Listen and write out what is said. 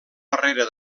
barrera